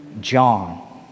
John